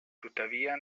tuttavia